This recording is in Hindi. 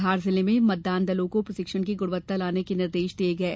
धार जिले में मतदानदलों को प्रशिक्षण की गुणवत्ता लाने के निर्देश दिये गये हैं